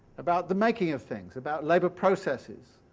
about the making of things, about labour processes,